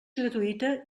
gratuïta